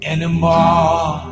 Anymore